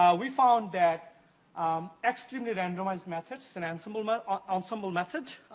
ah we found that external randomized methods, and ensemble but ah ensemble method,